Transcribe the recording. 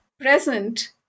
present